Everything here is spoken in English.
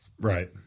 Right